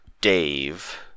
Dave